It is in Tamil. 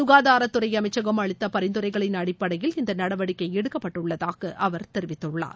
க்காதாரத்துறை அமைச்சகம் அளித்த பரிந்துரைகளின் அடிப்படையில் இந்த நடவடிக்கை எடுக்கப்பட்டுள்ளதாக அவர் தெரிவித்துள்ளார்